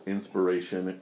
Inspiration